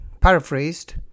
paraphrased